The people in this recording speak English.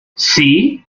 see